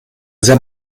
già